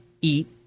eat